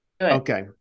Okay